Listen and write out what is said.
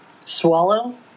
swallow